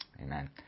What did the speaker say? Amen